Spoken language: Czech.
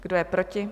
Kdo je proti?